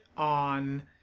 on